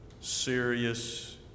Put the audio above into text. serious